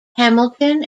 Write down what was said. hamilton